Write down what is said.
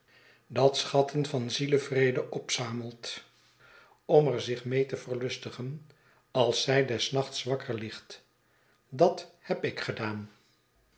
dat schatten van zielevrede opzamelt om er zich mee te verlustigen als zij des nachts wakker ligt dat heb ik gedaan